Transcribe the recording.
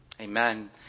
Amen